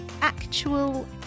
actual